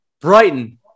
Brighton